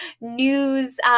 news